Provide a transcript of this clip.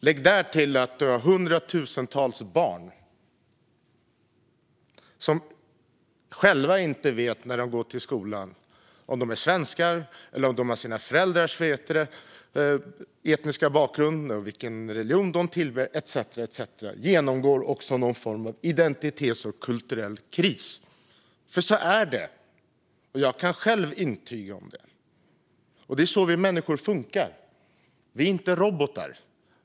Lägg därtill att hundratusentals barn som själva när de går till skolan inte vet om de är svenskar eller om de har sina föräldrars etniska bakgrund, vilken religion de tillhör etcetera också genomgår någon form av identitetskris och kulturell kris - för så är det. Jag kan själv intyga det. Det är så vi människor funkar. Vi är inte robotar.